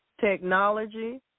Technology